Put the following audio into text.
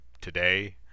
today